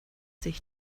sich